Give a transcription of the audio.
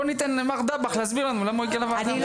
בואי ניתן למר דבאח להסביר לנו למה הוא הגיע לוועדה.